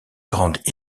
grande